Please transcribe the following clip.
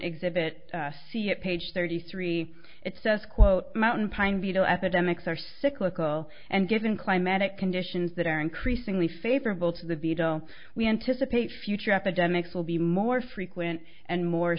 exhibit see it page thirty three it says quote mountain pine beetle epidemics are cyclical and given climatic conditions that are increasingly favorable to the veto we anticipate future epidemics will be more frequent and more